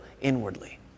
inwardly